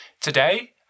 today